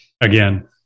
Again